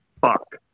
fuck